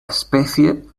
especie